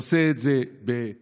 ועושה את זה בנחישות,